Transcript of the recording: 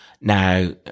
Now